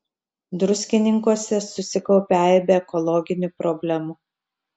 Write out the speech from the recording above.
druskininkuose susikaupė aibė ekologinių problemų